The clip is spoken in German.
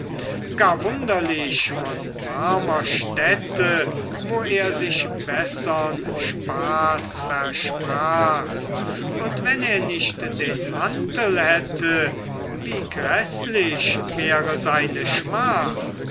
gar wunderlich von warmer stätte wo er sich bessern spaß versprach und wenn er nicht den mantel hätte wie gräßlich wäre seine schmach